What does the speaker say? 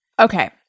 Okay